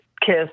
kiss